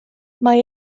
mae